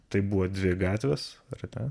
tai buvo dvi gatvės ar ne